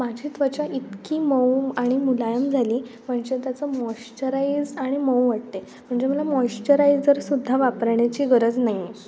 माझी त्वचा इतकी मऊ आणि मुलायम झाली म्हणजे त्याचं मॉइश्चराईज आणि मऊ वाटते म्हणजे मला मॉइश्चरायझरसुद्धा वापरण्याची गरज नाही आहे